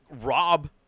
rob